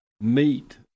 meet